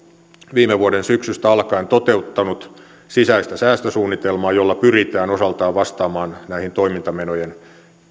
viime vuoden syksystä alkaen toteuttanut sisäistä säästösuunnitelmaa jolla pyritään osaltaan vastaamaan näihin toimintamenojen